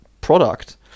product